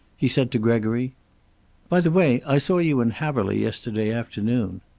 he said to gregory by the way, i saw you in haverly yesterday afternoon.